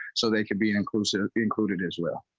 so they could be in concert included as well